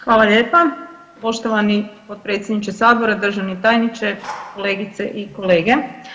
Hvala lijepa poštovani potpredsjedniče Sabora, državni tajniče, kolegice i kolege.